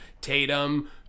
Tatum